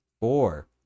Four